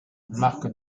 marc